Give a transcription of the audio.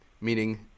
meaning